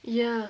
ya